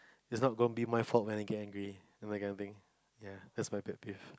it not going to be my fault when I'm get angry that kind of thing that's my pet peeve